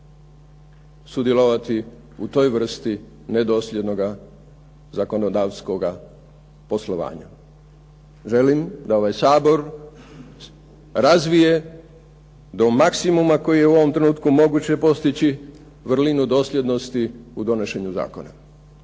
sudjelovati u toj vrsti nedosljednoga zakonodavskoga poslovanja. Želim da ovaj Sabor razvije do maksimuma koji je u ovom trenutku moguće postići vrlinu dosljednosti u donošenju zakona.